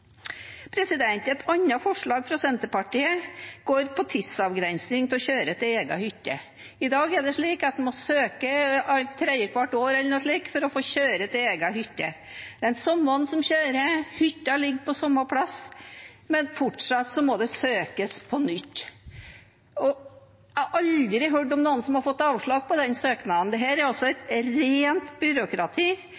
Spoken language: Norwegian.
Et annet forslag fra Senterpartiet går på tidsavgrensning til å kjøre til egen hytte. I dag er det slik at en må søke tredjehvert år eller noe slikt om å få kjøre til egen hytte. Det er de samme som kjører, og hytta ligger på samme sted, men fortsatt må det søkes på nytt. Jeg har aldri hørt om noen som har fått avslag på den søknaden. Dette er altså rent byråkrati, og når vi nå fremmer et